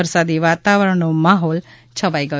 વરસાદી વાતાવરણનો માહોલ છવાઈ ગયો છે